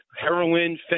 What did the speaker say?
heroin